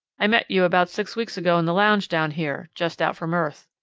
i met you about six weeks ago in the lounge down here just out from earth.